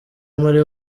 muri